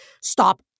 stop